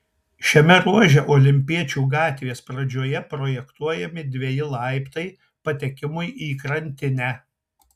šiame ruože olimpiečių gatvės pradžioje projektuojami dveji laiptai patekimui į krantinę